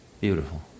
beautiful